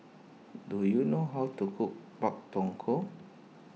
do you know how to cook Pak Thong Ko